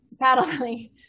paddling